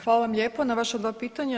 Hvala vam lijepo na vaša dva pitanja.